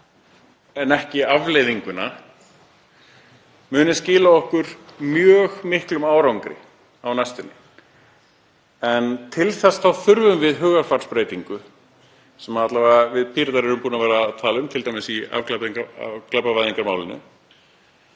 en ekki afleiðingarnar muni skila okkur mjög miklum árangri á næstunni. En til þess þurfum við hugarfarsbreytingu sem alla vega við Píratar höfum verið að tala um, t.d. í afglæpavæðingarmálinu,